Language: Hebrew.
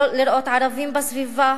לא לראות ערבים בסביבה.